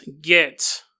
get